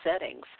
settings